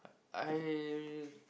I